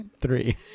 three